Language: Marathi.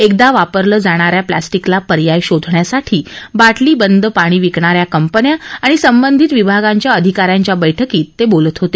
एकदा वापरलं जाणा या पेल्स्टिकला पर्याय शोधण्यासाठी बाटली बंद पाणी विकणा या कंपन्या आणि संबंधित विभागांच्या आधिकाऱ्यांच्या बैठकीत ते बोलत होते